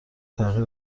تغییر